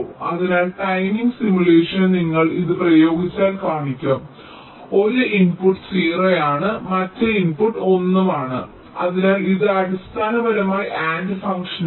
അതിനാൽ timing simulation നിങ്ങൾ ഇത് പ്രയോഗിച്ചാൽ കാണിക്കും അതായത് ഒരു ഇൻപുട്ട് 0 ആണ് മറ്റ് ഇൻപുട്ടും ഒന്നാണ് അതിനാൽ ഇത് അടിസ്ഥാനപരമായി AND ഫംഗ്ഷനാണ്